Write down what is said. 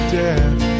death